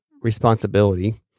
responsibility